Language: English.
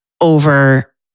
over